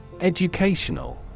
Educational